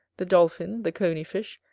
the dolphin, the cony-fish,